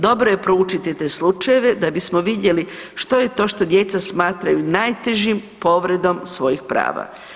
Dobro je proučiti te slučajeve da bismo vidjeli što je to što djeca smatraju najtežom povredom svojih prava.